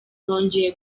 nongeye